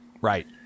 Right